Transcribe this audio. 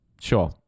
sure